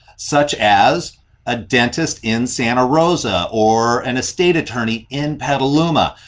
such as a dentist in santa rosa or an estate attorney in petaluma.